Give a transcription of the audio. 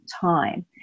time